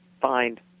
find